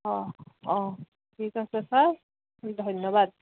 অঁ অঁ ঠিক আছে ছাৰ ধন্যবাদ